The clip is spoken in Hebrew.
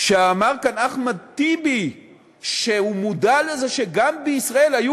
כשאמר כאן אחמד טיבי שהוא מודע לזה שגם בישראל היו